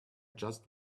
just